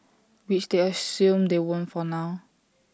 which they assume they won't for now